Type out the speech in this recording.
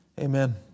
Amen